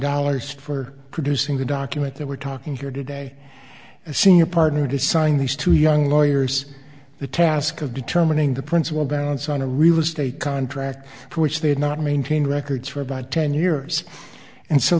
dollars for producing the document that we're talking here today a senior partner to sign these two young lawyers the task of determining the principle balance on a real estate contract for which they had not maintained records for about ten years and so